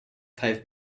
five